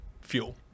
fuel